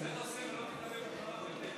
כזה נושא,